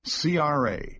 CRA